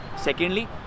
Secondly